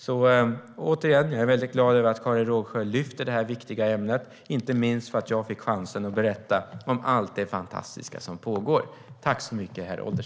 Jag vill återigen säga att jag är väldigt glad över att Karin Rågsjö lyfter upp det här viktiga ämnet, inte minst för att jag fick chansen att berätta om allt det fantastiska som pågår.